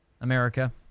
America